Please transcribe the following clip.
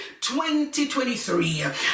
2023